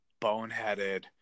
boneheaded